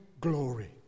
glory